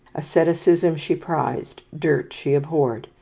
asceticism she prized dirt she abhorred.